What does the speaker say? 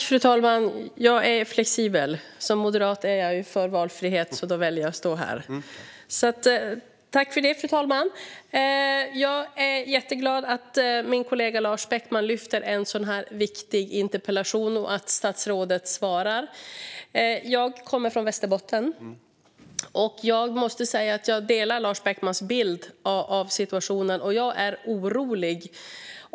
Fru talman! Jag är jätteglad att min kollega Lars Beckman lyfter en så här viktig interpellation och att statsrådet svarar. Jag kommer från Västerbotten, och jag måste säga att jag delar Lars Beckmans bild av situationen. Jag är orolig.